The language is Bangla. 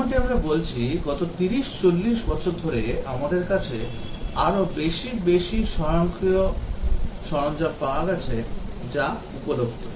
যেমনটি আমরা বলছি গত 30 40 বছর ধরে আমাদের কাছে আরও বেশি বেশি স্বয়ংক্রিয় সরঞ্জাম পাওয়া গেছে যা উপলব্ধ